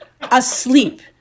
asleep